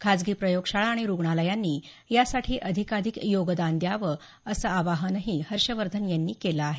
खाजगी प्रयोगशाळा आणि रुग्णालयांनी यासाठी अधिकाधिक योगदान द्यावं असं आवाहनही हर्षवर्धन यांनी केलं आहे